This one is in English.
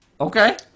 Okay